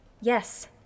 Yes